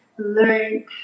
learn